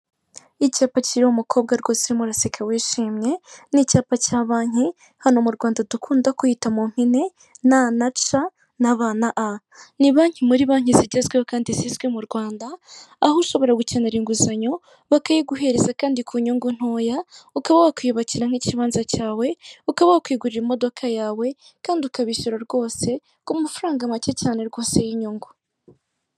icyapa kiri umukobwa rwose urimo uraseka wishimye ni icyapa cya banki hano mu rwanda dukunda kwiyita mu mpine na na ca ,na ba a ni banki muri banki zigezweho kandi zizwi mu rwanda aho ushobora gukenera inguzanyo bakayiguhereza kandi ku nyungu ntoya ukaba wakwiyubakira nk'ikibanza cyawe ukaba wakwigurira imodoka yawe kandi ukabishyura rwose kuko amafaranga make cyane rwose y 'inyungu.